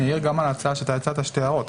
גם להצעה שאתה הצעת יש לי 2 הערות.